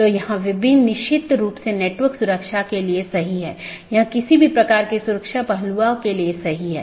तो AS के भीतर BGP का उपयोग स्थानीय IGP मार्गों के विज्ञापन के लिए किया जाता है